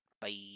Bye